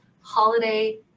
holiday